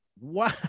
Wow